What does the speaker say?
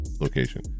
location